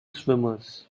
swimmers